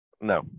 No